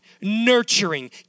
Nurturing